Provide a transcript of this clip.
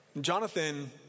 Jonathan